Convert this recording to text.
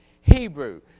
Hebrew